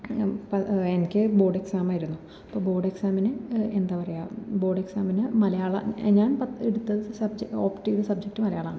എനിക്ക് ബോർഡ് എക്സമായിരുന്നു അപ്പം ബോർഡ് എക്സാമിന് എന്താണ് പറയുക ബോർഡ് എക്സാമിന് മലയാളം ഞാൻ മലയാളം ഞാൻ എടുത്തത് സബ്ജെക്റ്റ് ഓപ്റ്റ് ചെയ്ത സബ്ജെക്റ്റ് മലയാളമാണ്